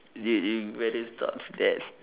dude you better stop that